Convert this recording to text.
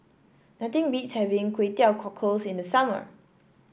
nothing beats having Kway Teow Cockles in the summer